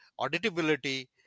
auditability